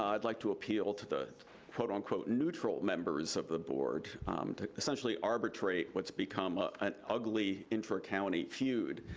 i'd like to appeal to the quote unquote neutral members of the board to essentially arbitrate what's become ah an ugly intra-county feud.